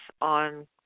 on